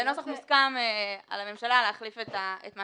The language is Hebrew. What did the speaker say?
שאתם מוכנים שזה לא יהיה חסוי ואז להגיש את זה אבל זה כנראה